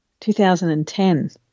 2010